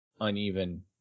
Uneven